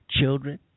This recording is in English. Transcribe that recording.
children